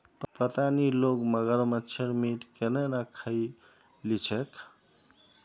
पता नी लोग मगरमच्छेर मीट केन न खइ ली छेक